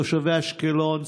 תושבי אשקלון,